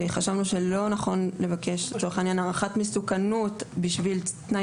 שלא נכון לבקש לצורך העניין הערכת מסוכנות בשביל תנאי